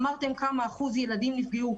אמרתם כמה אחוז ילדים נפגעו.